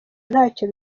ntacyo